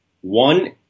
One